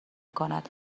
کند